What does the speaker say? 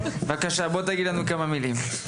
בבקשה, בוא תגיד לנו כמה מילים.